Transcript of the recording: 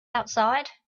outside